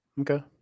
Okay